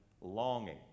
longing